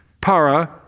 para